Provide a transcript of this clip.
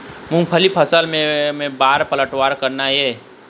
मूंगफली फसल म के बार पलटवार करना हे?